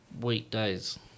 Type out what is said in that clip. weekdays